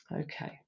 Okay